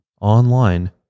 online